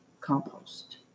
compost